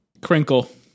Crinkle